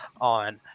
on